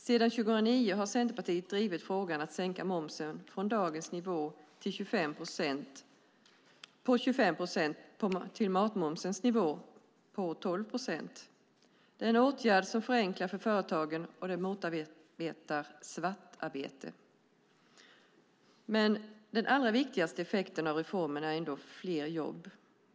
Sedan 2009 har Centerpartiet drivit frågan om att sänka momsen från dagens nivå på 25 procent till matmomsens nivå på 12 procent. Det är en åtgärd som förenklar för företagen och motverkar svartarbete. Men den allra viktigaste effekten av reformen är ändå fler jobb.